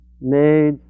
made